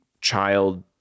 child